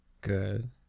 Good